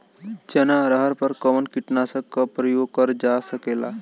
चना अरहर पर कवन कीटनाशक क प्रयोग कर जा सकेला?